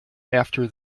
after